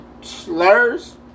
slurs